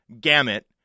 gamut